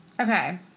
Okay